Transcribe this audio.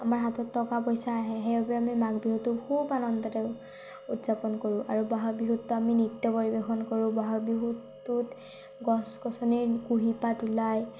আমাৰ হাতত টকা পইচা আহে সেইবাবে আমি মাঘ বিহুটো খুব আনন্দৰে উদযাপন কৰোঁ আৰু ব'হাগ বিহুততো আমি নৃত্য পৰিৱেশন কৰোঁ ব'হাগ বিহুটোত গছ গছনিৰ কুঁহিপাত ওলায়